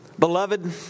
Beloved